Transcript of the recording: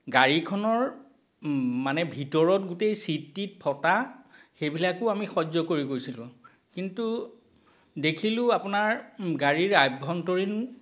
গাড়ীখনৰ মানে ভিতৰত গোটেই চীটি টিট ফটা সেইবিলাকো আমি সহ্য কৰি গৈছিলোঁ কিন্তু দেখিলোঁ আপোনাৰ গাড়ীৰ আভ্যন্তৰীণ